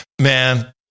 Man